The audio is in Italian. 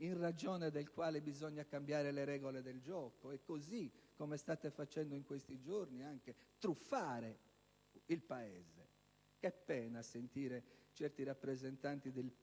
in ragione dei quali bisogna cambiare le regole del gioco e così, come state facendo in questi giorni, anche truffare il Paese. Che pena sentire certi rappresentanti del Partito